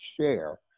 share